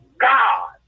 God